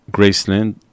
Graceland